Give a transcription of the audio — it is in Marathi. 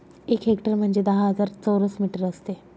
एक हेक्टर म्हणजे दहा हजार चौरस मीटर असते